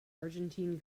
argentine